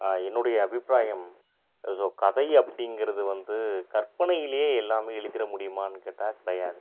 என்னுடைய அபிப்ராயம் ஸோ கதை அப்படிங்கிறது வந்து கற்பனையிலேயே எல்லாமே எழுதிகிற முடியுமானு கேட்டால் கிடையாது